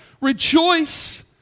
rejoice